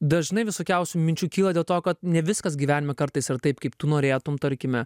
dažnai visokiausių minčių kyla dėl to kad ne viskas gyvenime kartais yra taip kaip tu norėtum tarkime